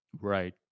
Right